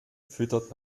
füttert